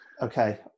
Okay